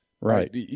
Right